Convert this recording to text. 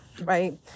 right